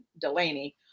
Delaney